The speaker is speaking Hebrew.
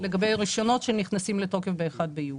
לגבי רישיונות שנכנסים לתוקף ביום 1 ביולי.